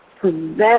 prevent